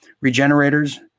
regenerators